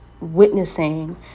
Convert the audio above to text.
witnessing